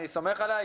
אני סומך עליה,